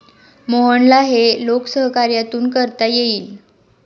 मोहनला हे लोकसहकार्यातून करता येईल